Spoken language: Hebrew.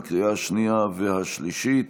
לקריאה השנייה והשלישית.